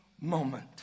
moment